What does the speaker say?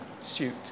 suit